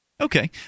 Okay